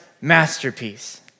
masterpiece